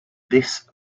this